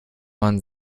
man